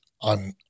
on